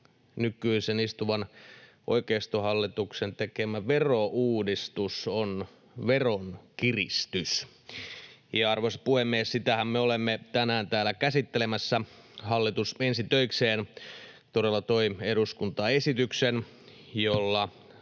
nykyisen, istuvan oikeistohallituksen tekemä verouudistus on veronkiristys. Ja, arvoisa puhemies, sitähän me olemme tänään täällä käsittelemässä. Hallitus ensi töikseen todella toi eduskuntaan esityksen, jolla